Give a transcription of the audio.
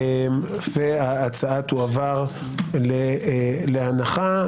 ההצעה תועבר להנחה.